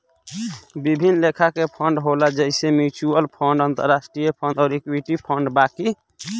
विभिन्न लेखा के फंड होला जइसे म्यूच्यूअल फंड, अंतरास्ट्रीय फंड अउर इक्विटी फंड बाकी